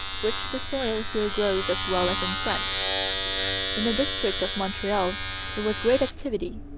which the soil here grows as well as in france in the district of montreal there was great activity.